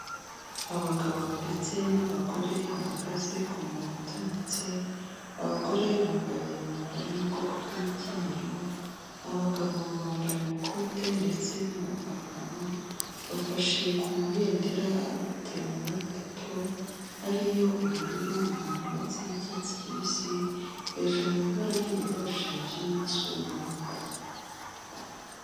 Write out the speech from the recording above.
Abagabo ndetse n'abagore bahagaze ku murongo utambitse, abagore bambaye imyambaro yo mu bwoko bw'imikenyero, abagabo bambaye amakote ndetse n'amapantaro bafashe ku mabendera afite amabara atatu ari yo ubururu, umuhondo ndetse n'icyatsi kibisi, hejuru mu ibara ry'ubururu hashushanyijemo izuba.